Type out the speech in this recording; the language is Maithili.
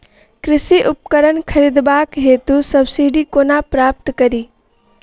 कृषि उपकरण खरीदबाक हेतु सब्सिडी कोना प्राप्त कड़ी?